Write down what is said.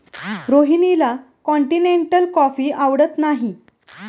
रोहिणीला continental coffee आवडत नाही